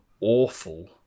awful